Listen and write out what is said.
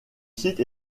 site